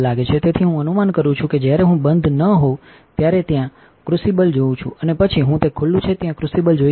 તેથી હું અનુમાન કરું છું કે જ્યારે હુંબંધ ન હોઉં ત્યારે ત્યાં ક્રુસિબલ જોઉં છું અને પછી હું તે ખુલ્લું છે ત્યાં ક્રુસિબલ જોઈ શકું છું